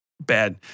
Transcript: bad